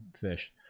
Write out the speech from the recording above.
fish